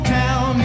town